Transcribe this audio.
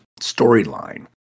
storyline